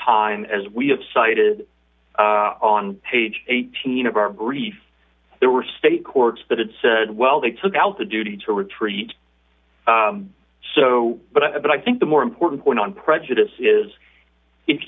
time as we have cited on page eighteen of our brief there were state courts that said well they took out the duty to retreat so but i but i think the more important point on prejudice is if